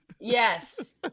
Yes